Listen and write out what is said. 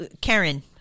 Karen